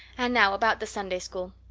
and now about the sunday school.